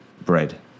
bread